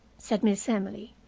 said miss emily,